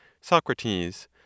Socrates